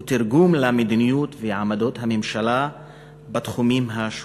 הוא תרגום למדיניות ולעמדות הממשלה בתחומים השונים.